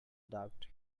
doubt